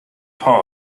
part